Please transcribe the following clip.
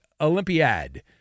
Olympiad